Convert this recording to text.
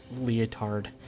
leotard